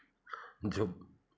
जब